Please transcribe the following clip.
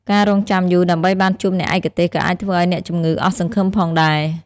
ការរង់ចាំយូរដើម្បីបានជួបអ្នកឯកទេសក៏អាចធ្វើឱ្យអ្នកជំងឺអស់សង្ឃឹមផងដែរ។